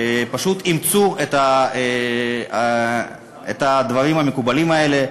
פשוט אימצו את הדברים המקובלים האלה.